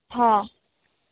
हा